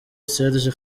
serge